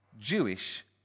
Jewish